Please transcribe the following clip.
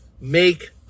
make